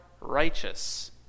righteous